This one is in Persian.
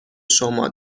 شما